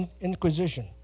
Inquisition